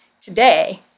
today